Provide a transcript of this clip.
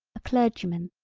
a clergyman,